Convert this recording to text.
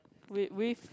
wit with